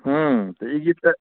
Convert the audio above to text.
ई गीत तऽ